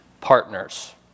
partners